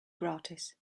gratis